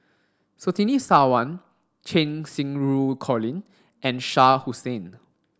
Surtini Sarwan Cheng Xinru Colin and Shah Hussain